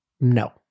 No